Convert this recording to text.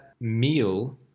meal